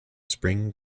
spring